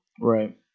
Right